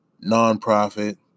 non-profit